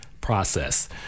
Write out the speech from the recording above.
process